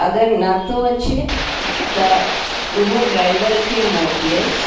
अगरि नथो अचे त उहो ड्राइवर खे मोटयसि